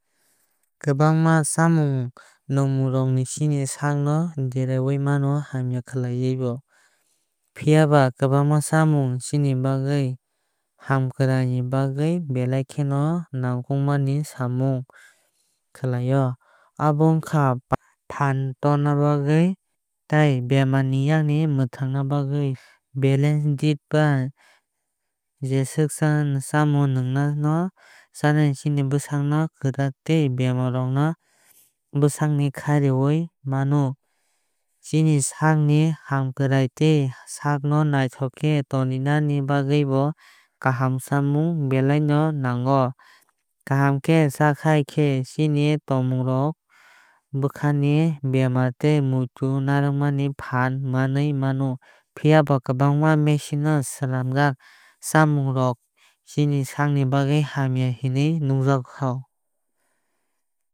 Kwbangma chammung nwngmung rok chini sak no derarwi mano hamyakhwlaui bo. Phiaba kwbang chamung chini bagwi hamkraini bagwi belai kheno nangkukmani samung khlaio abo wngkha phan torna bagwi tei bemarrokni yakni mwthangna bagwi. Balanced diet ba jeswk nangma chamung no cha khe chini bwsakno kwrak tei bemar rok no bwsakni kharwi mano. Chini sak ni hamkrwi tei sak no naithok khe toni nani bagwi bo kaham chamung belai no nango. Kaham khe chakhai khe chini thwngmung bwkhani bemar tei muito narwknani fan manwi mano. Phiyaba kwbangma machine no swlamjak chamung rok chini sak ni bagwi hamya hinui nukjakha.